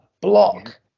block